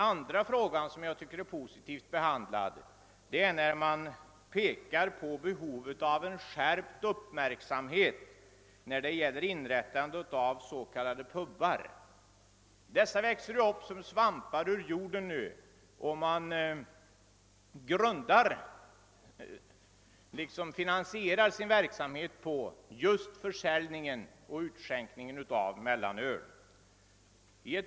Vidare tycker jag att det är positivt att utskottet pekar på behovet av skärpt uppmärksamhet när det gäller inrättandet av s.k. pubar. Dessa växer upp som svampar ur jorden. De grundar ekonomiskt sin verksamhet på utskänkning av just mellanöl.